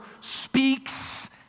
speaks